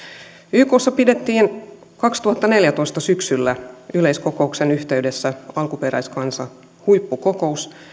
ykssa pidettiin kaksituhattaneljätoista syksyllä yleiskokouksen yhteydessä alkuperäiskansahuippukokous